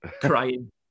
crying